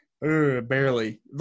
Barely